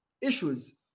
issues